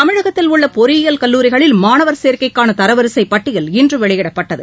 தமிழகத்தில் உள்ள பொறியியல் கல்லூரிகளில் மாணவர் சேர்க்கைக்கான தரவரிசைப் பட்டியல் இன்று வெளியிடப்பட்டது